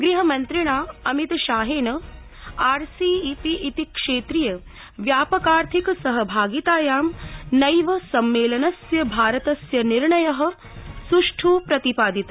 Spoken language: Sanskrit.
गृहमन्त्रिणा अमितशाहेन आर सी ई पी इति क्षेत्रीय व्यापकार्थिक सहभागितायां नैव सम्मेलनस्य भारतस्य निर्णय सुष्ठ प्रतिपादित